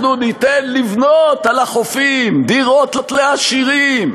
אנחנו ניתן לבנות על החופים דירות לעשירים.